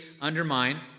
undermine